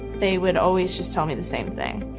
they would always just tell me the same thing.